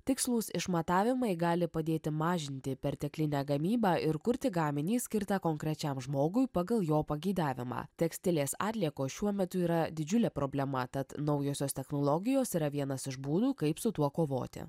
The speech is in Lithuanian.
tikslūs išmatavimai gali padėti mažinti perteklinę gamybą ir kurti gaminį skirtą konkrečiam žmogui pagal jo pageidavimą tekstilės atliekos šiuo metu yra didžiulė problema tad naujosios technologijos yra vienas iš būdų kaip su tuo kovoti